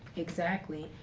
exactly.